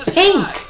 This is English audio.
pink